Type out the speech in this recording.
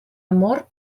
amor